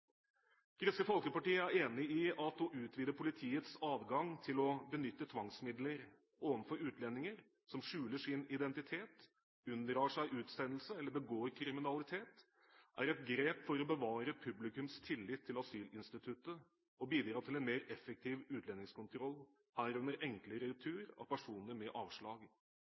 Kristelig Folkeparti er enig i at å utvide politiets adgang til å benytte tvangsmidler overfor utlendinger som skjuler sin identitet, unndrar seg utsendelse eller begår kriminalitet, er et grep for å bevare publikums tillit til asylinstituttet og bidra til en mer effektiv utlendingskontroll, herunder enklere retur av personer med avslag.